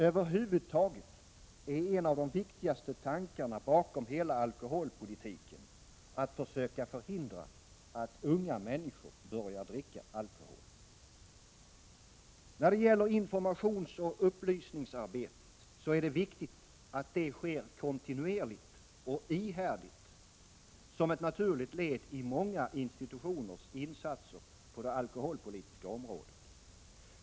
Över huvud taget är en av de viktigaste tankarna bakom hela alkoholpolitiken att försöka förhindra att unga människor börjar dricka alkohol. När det gäller informationsoch upplysningsarbetet är det viktigt att det sker kontinuerligt och ihärdigt som ett naturligt led i många institutioners insatser på det alkoholpolitiska området.